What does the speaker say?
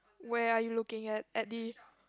where are you looking at at the